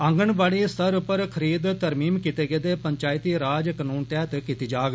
आंगनवाड़ी स्तर पर खरीद तरमीम कीत्ते गेदे पंचायती राज कनून तैहत कीत्ती जाग